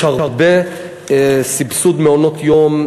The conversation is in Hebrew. יש הרבה סבסוד של מעונות-יום,